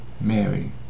Mary